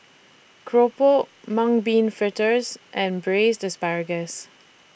Keropok Mung Bean Fritters and Braised Asparagus